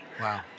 Wow